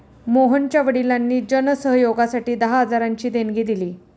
मोहनच्या वडिलांनी जन सहयोगासाठी दहा हजारांची देणगी दिली